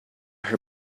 her